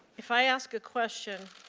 if i ask a question,